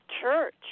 church